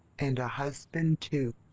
and a husband too!